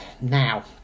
now